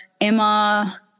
Emma